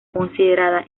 considerada